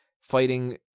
fighting